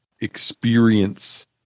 experience